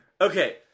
Okay